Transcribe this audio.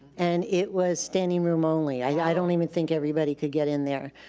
and it was standing room only, i don't even think everybody could get in there.